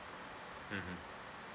mmhmm